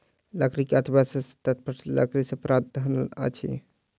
लकड़ी अर्थव्यवस्था सॅ तात्पर्य लकड़ीसँ प्राप्त धन अछि